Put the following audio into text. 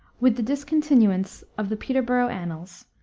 with the discontinuance of the peterborough annals,